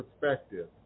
perspective